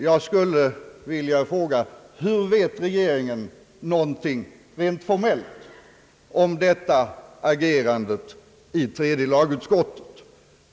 Jag skulle vilja fråga: Hur vet regeringen någonting rent formellt om detta agerande i tredje lagutskottet?